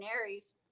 Aries